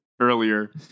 earlier